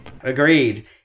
Agreed